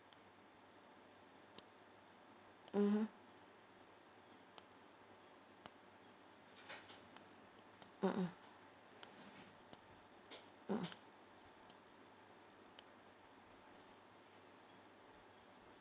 mmhmm mmhmm mmhmm